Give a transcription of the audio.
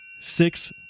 Six